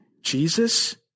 Jesus